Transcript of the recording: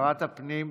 הפנים,